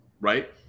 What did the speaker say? Right